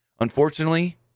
Unfortunately